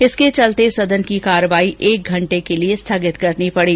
इसके चलते सदन की कार्यवाही एक घंटे के लिये स्थगित करनी पड़ी